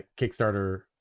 Kickstarter